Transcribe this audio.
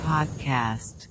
Podcast